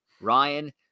Ryan